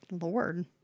Lord